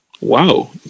Wow